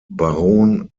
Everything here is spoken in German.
baron